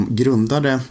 grundade